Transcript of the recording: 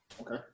Okay